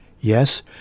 Yes